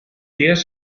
días